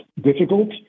difficult